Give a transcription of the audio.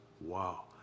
Wow